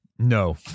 No